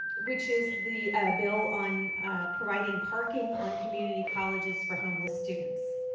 which is the bill on providing parking on community colleges for homeless students.